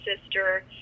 sister